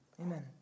Amen